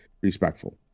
respectful